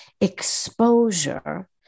exposure